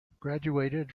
graduated